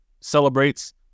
celebrates